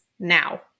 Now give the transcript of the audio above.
now